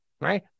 right